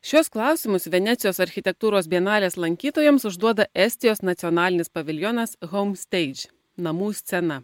šiuos klausimus venecijos architektūros bienalės lankytojams užduoda estijos nacionalinis paviljonas haum steidž namų scena